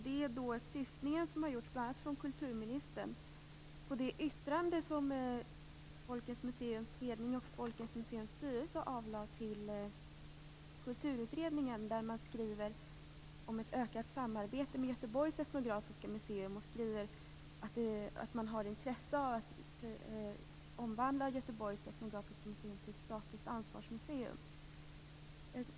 Det gäller syftningen som har gjorts, bl.a. från kulturministern, på det yttrande som Folkens museums ledning och Folkens museums styrelse gjorde till Kulturutredningen där man skriver om ett ökat samarbete med Etnografiska museet i Göteborg och att man har intresse av att omvandla Etnografiska museet Göteborg till ett statligt ansvarsmuseum.